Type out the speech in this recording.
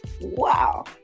wow